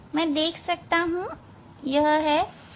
मैं देख सकता हूं 554